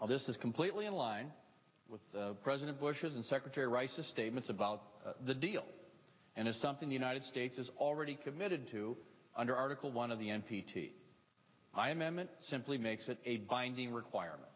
this is completely in line with president bush's and secretary rice's statements about the deal and it's something the united states has already committed to under article one of the n p t imm it simply makes it a binding requirement